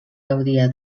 gaudia